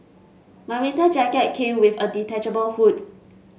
my winter jacket came with a detachable hood